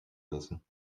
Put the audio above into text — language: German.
wissen